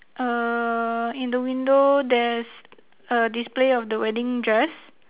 err in the window there's a display of the wedding dress